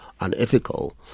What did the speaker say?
unethical